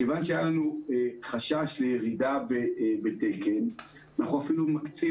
מכיוון שהיה לנו חשש לירידה בתקן אנחנו אפילו מקצים